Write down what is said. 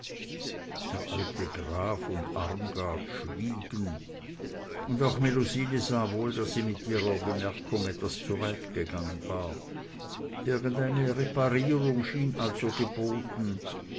der alte graf und armgard schwiegen und auch melusine sah wohl daß sie mit ihrer bemerkung etwas zu weit gegangen war irgendeine reparierung schien also geboten